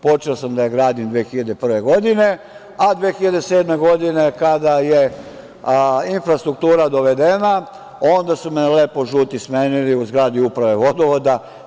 Počeo sam da je gradim 2001. godine, a 2007. godine kada je infrastruktura dovedena onda su me lepo žuti smeli u zgradi Uprave vodovoda.